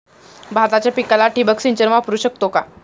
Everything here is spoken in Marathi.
भाताच्या पिकाला ठिबक सिंचन वापरू शकतो का?